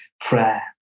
prayer